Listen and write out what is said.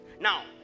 Now